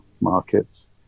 markets